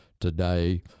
today